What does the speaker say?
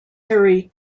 harry